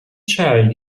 child